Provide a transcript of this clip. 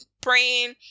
praying